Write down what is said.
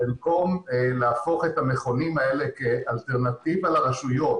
במקום להפוך את המכונים האלה כאלטרנטיבה לרשויות